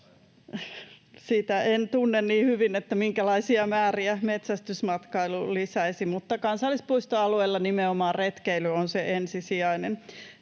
Sitä en tunne niin hyvin, minkälaisia määriä metsästysmatkailu lisäisi, mutta kansallispuistoalueella nimenomaan retkeily on se ensisijainen.